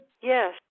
Yes